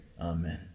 amen